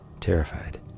terrified